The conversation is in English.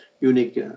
unique